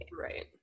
Right